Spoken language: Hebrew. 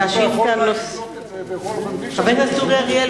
חבר הכנסת אורי אריאל,